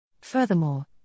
Furthermore